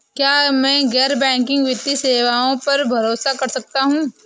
क्या मैं गैर बैंकिंग वित्तीय सेवाओं पर भरोसा कर सकता हूं?